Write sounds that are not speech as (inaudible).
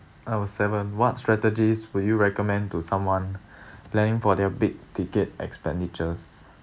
out of seven what strategies would you recommend to someone (breath) planning for their big ticket expenditures